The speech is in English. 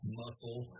muscle